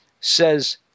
says